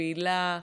מבקרת אותן,